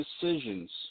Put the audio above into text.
decisions